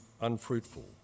unfruitful